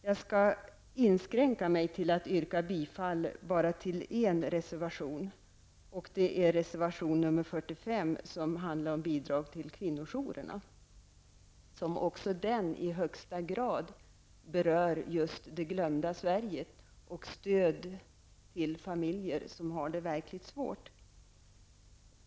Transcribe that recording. Jag skall inskränka mig till att yrka bifall till bara en reservation, nämligen reservation 45, som handlar om bidrag till kvinnojourerna och som också i högsta grad berör just ''det glömda Sverige'' -- och avser stöd till familjer som har det verkligt svårt.